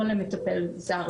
לא למטפל זר,